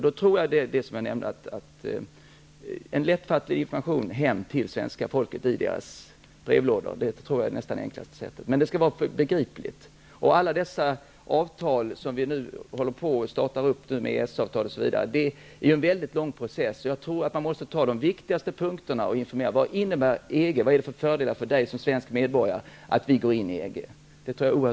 Jag tror att en lättfattlig information hem till svenska folket, i brevlådan, är det enklaste sättet att ge information. Men det skall var lättbegripligt. Alla dessa avtal som vi nu håller på med innebär en väldigt lång process. Jag tror att man måste ta fram de viktigaste punkterna och informera om vad EG innebär, vad det har för fördelar för var och en som svensk medborgare att vi går in i EG.